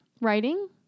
Writing